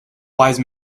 wise